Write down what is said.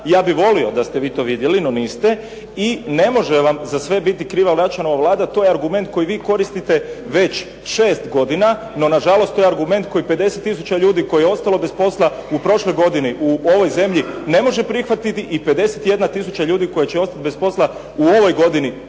Ja bih volio da ste vi to vidjeli no niste, i ne može vam za sve biti kriva Račanova Vlada, to je argument koji vi koristite već 6 godina, no nažalost to je argument koji 50 tisuća ljudi koji je ostalo bez posla u prošloj godini u ovoj zemlji ne može prihvatiti i 51 tisuća ljudi koja će ostati bez posla u ovoj godini,